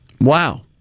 Wow